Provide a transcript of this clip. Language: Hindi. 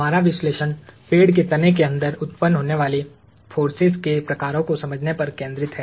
हमारा विश्लेषण पेड़ के तने के अंदर उत्पन्न होने वाली फोर्सेज के प्रकारों को समझने पर केंद्रित है